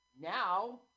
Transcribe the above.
Now